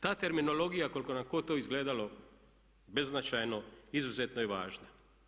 Ta terminologija koliko god nam to izgledalo beznačajno izuzetno je važna.